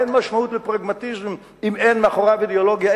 אין משמעות לפרגמטיזם אם אין מאחוריו אידיאולוגיה,